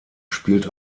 spielt